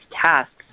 tasks